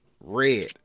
red